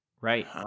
right